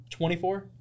24